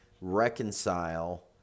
reconcile